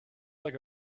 like